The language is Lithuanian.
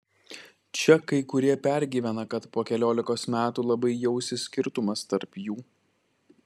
čia kai kurie pergyvena kad po keliolikos metų labai jausis skirtumas tarp jų